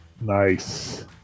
Nice